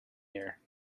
here